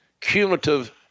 cumulative